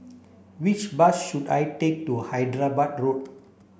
which bus should I take to Hyderabad Road